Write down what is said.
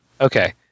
Okay